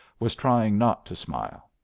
was trying not to smile.